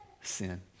sin